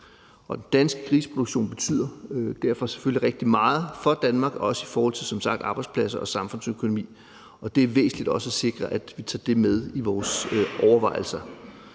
og den danske griseproduktion betyder derfor selvfølgelig rigtig meget for Danmark, som sagt også i forhold til arbejdspladser og samfundsøkonomi, og det er væsentligt også at sikre, at vi tager det med i vores overvejelser.